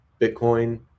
Bitcoin